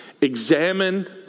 examine